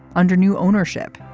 under new ownership.